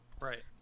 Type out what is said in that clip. Right